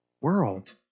world